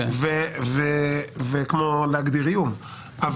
כמו להגדיר איום,